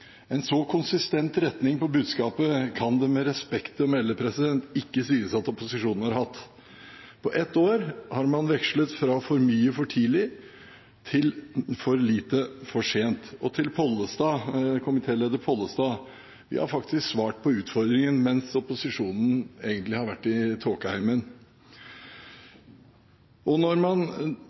En så konsistent retning på budskapet kan det med respekt å melde ikke sies at opposisjonen har hatt. På ett år har man vekslet fra «for mye, for tidlig», til «for lite, for sent». Og til komitéleder Pollestad: Vi har faktisk svart på utfordringen, mens opposisjonen egentlig har vært i tåkeheimen. Når man